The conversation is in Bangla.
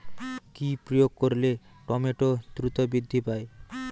কি প্রয়োগ করলে টমেটো দ্রুত বৃদ্ধি পায়?